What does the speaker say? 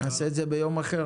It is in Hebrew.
נעשה את זה ביום אחר.